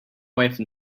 wife